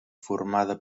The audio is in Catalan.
formada